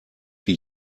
wie